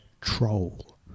troll